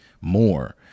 more